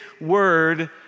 word